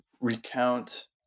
recount